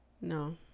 No